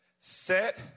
Set